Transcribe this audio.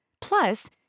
Plus